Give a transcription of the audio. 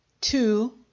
Two